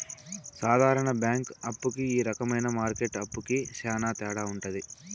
సాధారణ బ్యాంక్ అప్పు కి ఈ రకమైన మార్కెట్ అప్పుకి శ్యాన తేడా ఉంటది